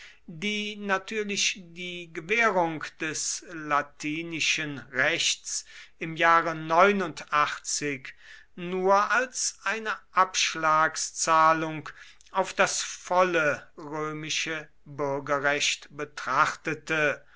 die natürlich die gewährung des launischen rechts im jahre nur als eine abschlagszahlung auf das volle römische bürgerrecht betrachtete